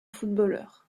footballeur